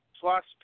plus